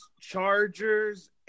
Chargers